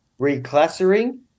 reclassering